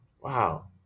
Wow